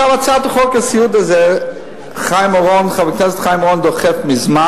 את הצעת חוק הסיעוד הזאת דוחף חבר הכנסת חיים אורון מזמן.